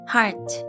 Heart